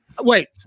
Wait